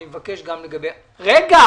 אני מבקש גם לגבי רגע,